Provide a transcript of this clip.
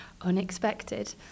Unexpected